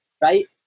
Right